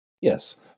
Yes